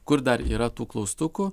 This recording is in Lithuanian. kur dar yra tų klaustukų